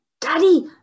Daddy